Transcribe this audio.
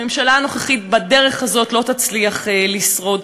הממשלה הנוכחית בדרך הזאת לא תצליח לשרוד,